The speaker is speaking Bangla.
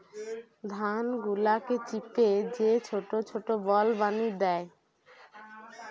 ধান গুলাকে চিপে যে ছোট ছোট বল বানি দ্যায়